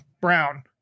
Brown